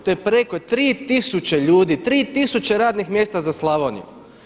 To je preko 3000 ljudi, 3000 radnih mjesta za Slavoniju.